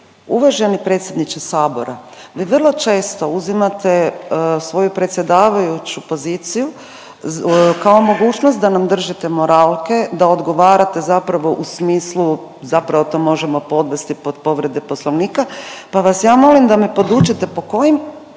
Uvaženi predsjedniče sabora, vi vrlo često uzimate svoju predsjedavajuću poziciju kao mogućnost da nam držite moralke, da odgovarate zapravo u smislu zapravo to možemo podvesti pod povrede Poslovnika pa vam ja molim da me podučite po kojim,